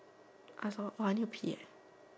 I forgot !wah! I need to pee eh